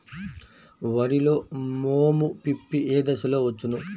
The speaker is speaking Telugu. వరిలో మోము పిప్పి ఏ దశలో వచ్చును?